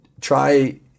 try